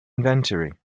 inventory